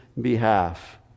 behalf